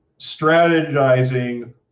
strategizing